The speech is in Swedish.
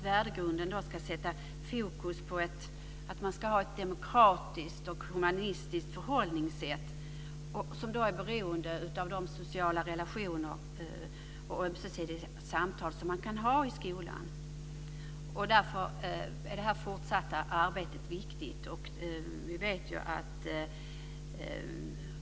Värdegrundsarbetet ska sätta fokus på ett demokratiskt och humanistiskt förhållningssätt beroende av sociala relationer, ömsesidighet och samtal av sådant slag som man kan ha i skolan. Därför är det fortsatta arbetet viktigt.